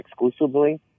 exclusively